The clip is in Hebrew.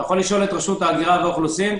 רשות ההגירה והאוכלוסין.